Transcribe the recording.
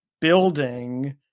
building